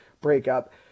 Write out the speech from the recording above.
breakup